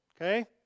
okay